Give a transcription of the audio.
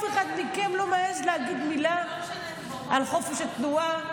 אף אחד מכם לא מעז להגיד מילה על חופש התנועה,